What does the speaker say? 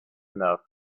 enough